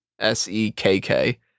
S-E-K-K